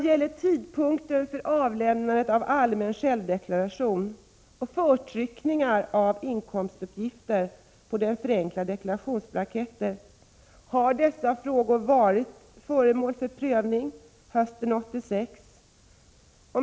Frågorna om tidpunkten för avlämnande av självdeklaration och förtryckningen av inkomstuppgifter på den förenklade deklarationen har varit föremål för prövning hösten 1986.